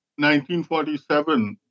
1947